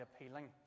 appealing